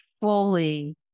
fully